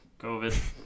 COVID